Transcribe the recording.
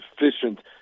efficient